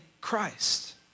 Christ